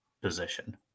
position